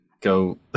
go